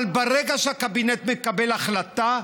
אבל ברגע שהקבינט מקבל החלטה,